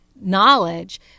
knowledge